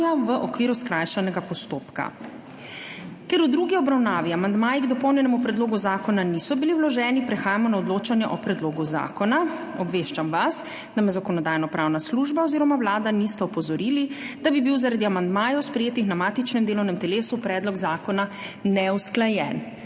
v okviru skrajšanega postopka. Ker v drugi obravnavi amandmaji k dopolnjenemu predlogu zakona niso bili vloženi, prehajamo na odločanje o predlogu zakona. Obveščam vas, da me Zakonodajno-pravna služba oziroma Vlada nista opozorili, da bi bil zaradi amandmajev, sprejetih na matičnem delovnem telesu, predlog zakona neusklajen.